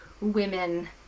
women